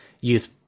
youth